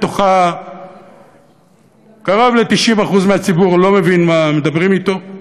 ובה קרוב ל-90% מהציבור לא מבין מה מדברים אתו,